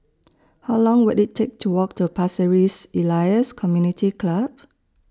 How Long Will IT Take to Walk to Pasir Ris Elias Community Club